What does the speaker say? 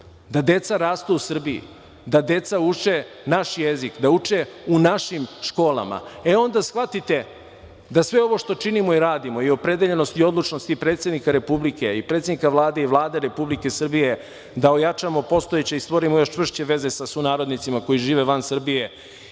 da deca rastu u Srbiji, da deca uče naš jezik, da uče u našim školama i onda shvatite da sve ovo što činimo i radimo i opredeljenost i odlučnost predsednika Republike i predsednika Vlade i Vlade Republike Srbije da ojačamo postojeće i stvorimo još čvršće veze sa sunarodnicima koji žive van Srbije